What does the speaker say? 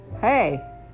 hey